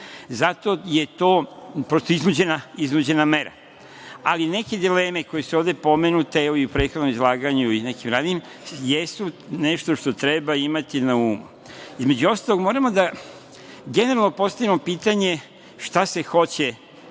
je to prosto iznuđena mera. Ali, neke dileme koje su ovde pomenute, i u prethodnom izlaganju i nekim ranijim, jesu nešto što treba imati na umu. Između ostalog, moramo da generalno postavimo pitanje šta se hoće